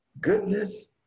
goodness